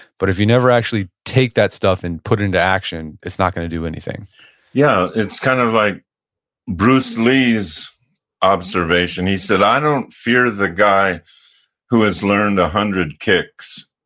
but if you never actually take that stuff and put it into action, it's not going to do anything yeah. it's kind of like bruce lee's observation. he said, i don't fear the guy who has learned a hundred kicks.